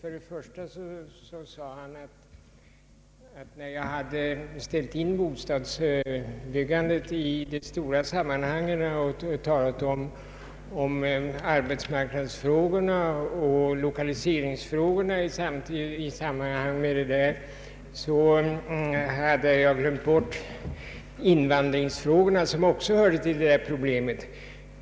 Till att börja med sade han att jag, när jag satte in bostadsbyggandet i de stora sammanhangen och talade om arbetsmarknadsfrågorna och = lokaliseringsfrågorna i samband därmed, hade glömt bort invandrarfrågorna, som också hörde till det problemet.